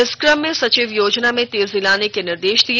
इस क्रम में सचिव योजना में तेजी लाने के निर्देश दिए